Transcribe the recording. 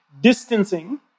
distancing